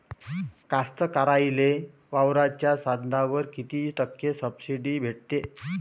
कास्तकाराइले वावराच्या साधनावर कीती टक्के सब्सिडी भेटते?